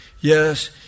Yes